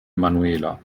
emanuela